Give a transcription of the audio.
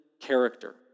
character